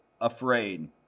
afraid